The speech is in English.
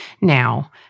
Now